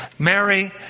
Mary